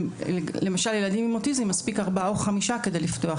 מספיק 5-4 ילדים עם אוטיזם כדי לפתוח